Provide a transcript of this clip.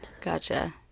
Gotcha